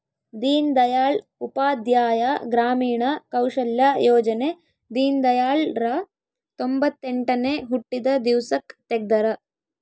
ದೀನ್ ದಯಾಳ್ ಉಪಾಧ್ಯಾಯ ಗ್ರಾಮೀಣ ಕೌಶಲ್ಯ ಯೋಜನೆ ದೀನ್ದಯಾಳ್ ರ ತೊಂಬೊತ್ತೆಂಟನೇ ಹುಟ್ಟಿದ ದಿವ್ಸಕ್ ತೆಗ್ದರ